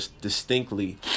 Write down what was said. distinctly